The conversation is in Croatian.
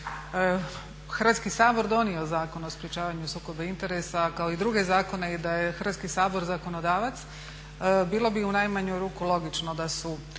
Hrvatski sabor donio Zakon o sprečavanju sukoba interesa kao i druge zakone i da je Hrvatski sabor zakonodavac bilo bi u najmanju ruku logično da su